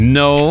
no